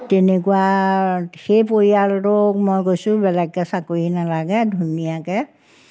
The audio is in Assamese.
তেনেকুৱা সেই পৰিয়ালটোক মই গৈছোঁ বেলেগকৈ চাকৰি নালাগে ধুনীয়াকৈ